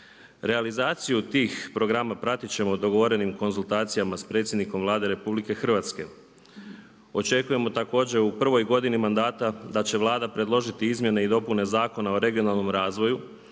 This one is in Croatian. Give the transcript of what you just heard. Realizaciju tih programa pratiti ćemo dogovorenim konzultacijama sa predsjednikom Vlade RH. Očekujemo također u prvoj godini mandata da će Vlada predložiti izmjene i dopune Zakona o regionalnom razvoju